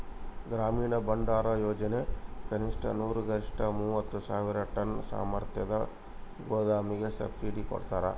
ಗ್ರಾಮೀಣ ಭಂಡಾರಯೋಜನೆ ಕನಿಷ್ಠ ನೂರು ಗರಿಷ್ಠ ಮೂವತ್ತು ಸಾವಿರ ಟನ್ ಸಾಮರ್ಥ್ಯದ ಗೋದಾಮಿಗೆ ಸಬ್ಸಿಡಿ ಕೊಡ್ತಾರ